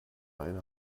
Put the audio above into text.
eine